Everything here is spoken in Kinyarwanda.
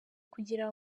kugira